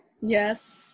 Yes